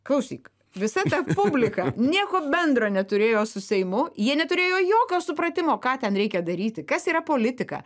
klausyk visa ta publika nieko bendro neturėjo su seimu jie neturėjo jokio supratimo ką ten reikia daryti kas yra politika